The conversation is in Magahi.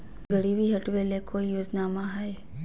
गरीबी हटबे ले कोई योजनामा हय?